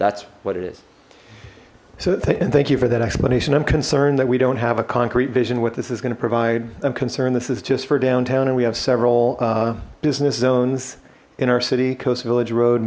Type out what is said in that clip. that's what it is so thank you for that explanation i'm concerned that we don't have a concrete vision what this is going to provide i'm concerned this is just for downtown and we have several business zones in our city coastal village road